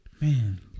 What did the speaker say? Man